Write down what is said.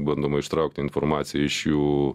bandoma ištraukti informaciją iš jų